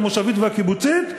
המושבים והקיבוצים,